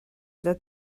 that